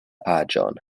aĝon